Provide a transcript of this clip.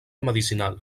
medicinal